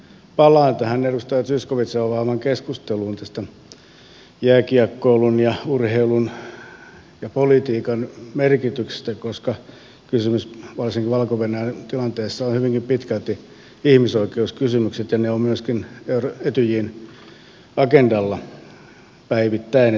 palaan tähän edustaja zyskowiczin avaamaan keskusteluun tästä jääkiekkoilun ja urheilun ja politiikan merkityksestä koska kysymys varsinkin valko venäjän tilanteessa on hyvinkin pitkälti ihmisoikeuskysymyksistä ja ne ovat myöskin etyjin agendalla etten sanoisi päivittäin